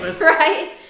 Right